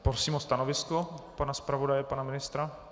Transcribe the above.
Prosím o stanovisko pana zpravodaje, pana ministra.